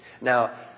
Now